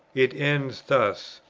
it ends thus